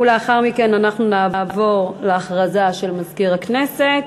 ולאחר מכן אנחנו נעבור להודעה של מזכיר הכנסת,